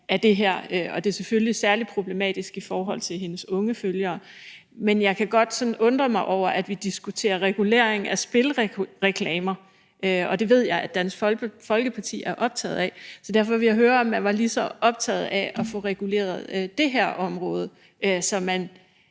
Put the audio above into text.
af det her, og det er selvfølgelig særlig problematisk i forhold til hendes unge følgere. Men jeg kan godt sådan undre mig over det, når vi diskuterer regulering af spilreklamer – og det ved jeg at Dansk Folkeparti er optaget af. Derfor vil jeg høre, om man er lige så optaget af at få reguleret det her område, så man